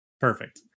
perfect